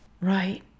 Right